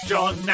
John